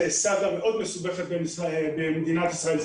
זו סאגה מאוד מסובכת במדינת ישראל.